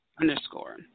underscore